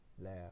Laugh